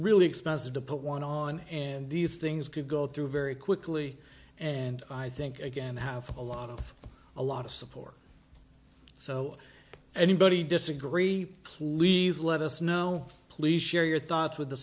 really expensive to put one on and these things could go through very quickly and i think again have a lot of a lot of support so anybody disagree please let us know please share your thoughts with the